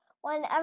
whenever